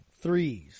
threes